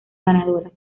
ganadoras